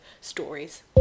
stories